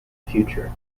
future